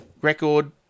record